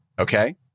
okay